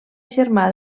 germà